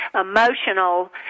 emotional